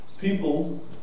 people